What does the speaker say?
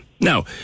Now